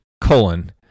colon